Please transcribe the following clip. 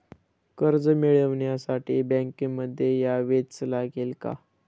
कर्ज मिळवण्यासाठी बँकेमध्ये यावेच लागेल का?